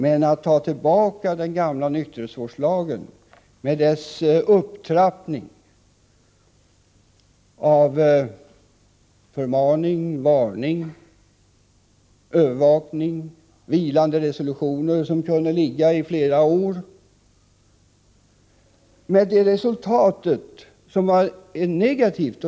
Men vi skall inte återgå till den gamla nykterhetsvårdslagen, med dess upptrappning i form av förmaning, varning, övervakning och vilande resolutioner, som kunde ligga i flera år med ett resultat som var negativt.